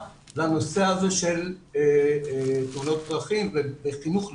בנושא הזה של תאונות הדרכים ובחינוך ---.